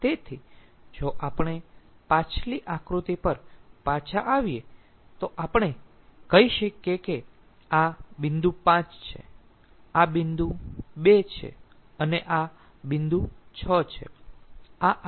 તેથી જો આપણે પાછલી આકૃતિ પર પાછા આવીએ તો આપણે કહી શકીએ કે આ બિંદુ 5 છે આ બિંદુ 2 છે અને આ બિંદુ 6 છે